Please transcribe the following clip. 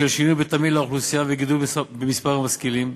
בשל שינוי בתמהיל האוכלוסייה וגידול במספר המשכילים,